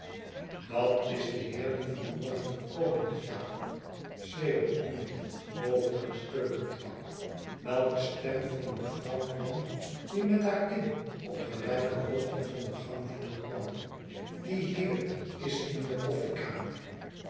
dat is de heer die van morgen gekomen is jacob schreeuwde iemand boven aan de keukentrap welke stem van een vrouw kwam die met haar kin op gelijke hoogte van den gangvloer kwam die heer is in de